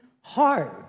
hard